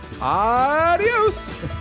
Adios